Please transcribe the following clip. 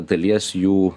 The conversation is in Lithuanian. dalies jų